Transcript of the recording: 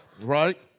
Right